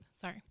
sorry